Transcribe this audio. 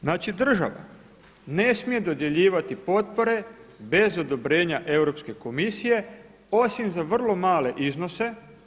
Znači država ne smije dodjeljivati potpore bez odobrenja Europske komisije osim za vrlo male iznose.